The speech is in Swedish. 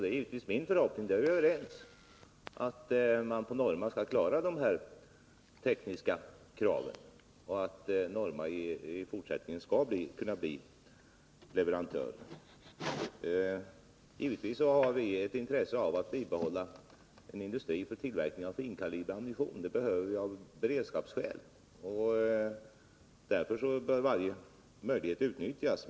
Det är naturligtvis min förhoppning — där är vi överens — att Norma skall klara de tekniska kraven och i fortsättningen kunna bli leverantör. Givetvis har vi ett intresse av att bibehålla en industri för tillverkning av finkalibrig ammunition — det behöver vi av beredskapsskäl — och därför bör varje möjlighet utnyttjas.